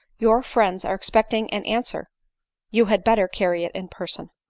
your friends are expecting an answer you had better carry it in person.